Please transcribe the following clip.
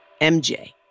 MJ